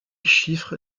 chiffre